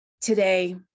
Today